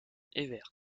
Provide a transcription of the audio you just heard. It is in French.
evert